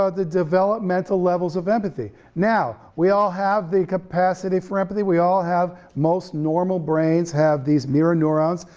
ah the developmental levels of empathy. now, we all have the capacity for empathy, we all have, most normal brains have these mirror neurons.